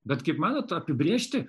bet kaip matote apibrėžti